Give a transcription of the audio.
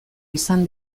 izan